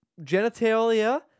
genitalia